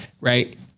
right